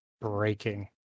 breaking